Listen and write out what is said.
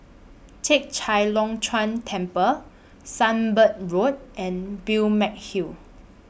Chek Chai Long Chuen Temple Sunbird Road and Balmeg Hill